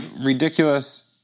Ridiculous